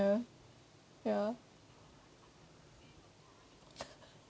ya